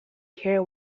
hear